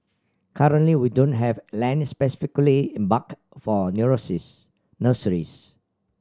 currently we don't have land specifically earmarked for nurseries